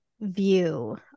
view